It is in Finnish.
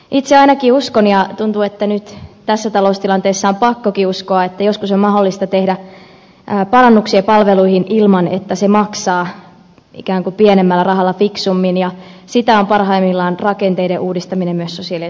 itse ainakin uskon siihen ja tuntuu että nyt tässä taloustilanteessa on pakkokin uskoa että joskus on mahdollista tehdä parannuksia palveluihin ilman että se maksaa ikään kuin pienemmällä rahalla fiksummin ja sitä on parhaimmillaan rakenteiden uudistaminen myös sosiaali ja terveydenhuollossa